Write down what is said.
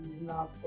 love